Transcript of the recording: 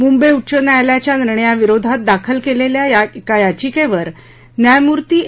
मुंबई उच्च न्यायालयाच्या निर्णयाविरोधात दाखल झालेल्या एका याचिकेवर न्यायमूर्ति ए